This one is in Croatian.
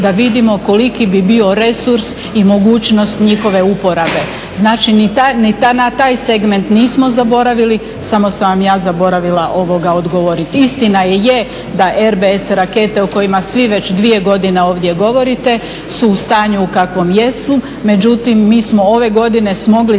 da vidimo koliki bi bio resurs i mogućnost njihove uporabe. Znači ni na taj segment nismo zaboravili samo sam vam ja zaboravila odgovoriti. Istina je da RBS rakete o kojima svi već dvije godine ovdje govorite su u stanju u kakvom jesu. Međutim, mi smo ove godine smogli